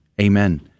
Amen